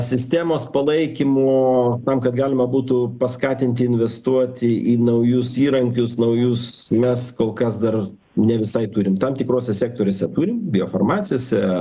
sistemos palaikymo tam kad galima būtų paskatinti investuoti į naujus įrankius naujus mes kol kas dar nevisai turim tam tikruose sektoriuose turim bioformacijose